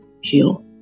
heal